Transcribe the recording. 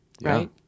Right